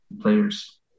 players